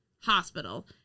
hospital